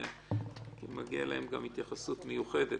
להן התייחסות מיוחדת,